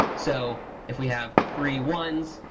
so if we have three ones,